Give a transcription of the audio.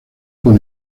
con